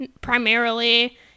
primarily